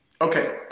Okay